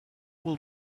will